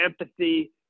empathy